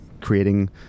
creating